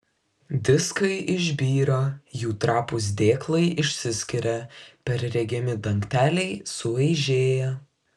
diskai išbyra jų trapūs dėklai išsiskiria perregimi dangteliai sueižėja